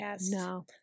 No